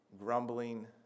grumbling